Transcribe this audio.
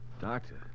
Doctor